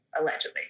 allegedly